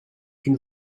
une